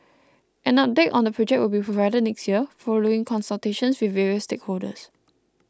an update on the project will be provided next year following consultations with various stakeholders